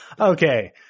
Okay